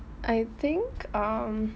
I think um